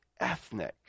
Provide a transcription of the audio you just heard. ethnic